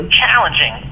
challenging